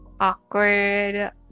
Awkward